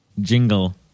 Jingle